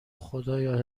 خدایا